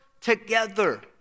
together